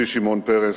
שמעון פרס,